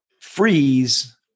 freeze